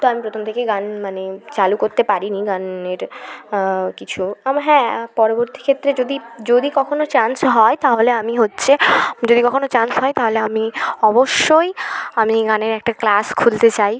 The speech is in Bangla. তাই আমি প্রথম থেকেই গান মানে চালু করতে পারিনি গানের কিছু আমার হ্যাঁ পরবর্তী ক্ষেত্রে যদি যদি কখনো চান্স হয় তাহলে আমি হচ্ছে যদি কখনো চান্স হয় তাহলে আমি অবশ্যই আমি গানের একটা ক্লাস খুলতে চাই